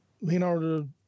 Leonardo